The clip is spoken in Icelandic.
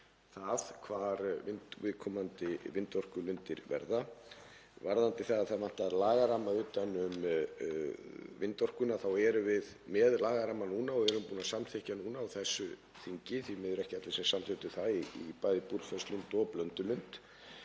það hvar viðkomandi vindorkulindir verða. Varðandi að það vanti lagaramma utan um vindorkuna þá erum við með lagaramma núna og erum búin að samþykkja núna á þessu þingi, því miður ekki allir sem samþykktu það, í bæði Búrfellslund og Blöndulund.